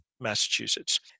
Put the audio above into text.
Massachusetts